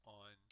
on